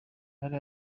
hari